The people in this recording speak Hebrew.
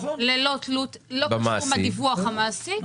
ללא תלות ודיווח המעסיק,